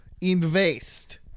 Invest